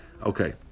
Okay